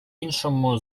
іншому